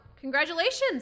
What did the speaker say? Congratulations